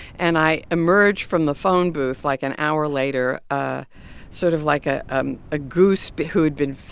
and i emerge from the phone booth, like, an hour later ah sort of like a ah ah goose but who had been,